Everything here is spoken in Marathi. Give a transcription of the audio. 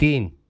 तीन